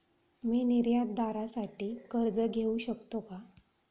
मी निर्यातदारासाठी कर्ज घेऊ शकतो का?